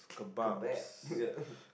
Kebab ya